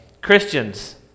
Christians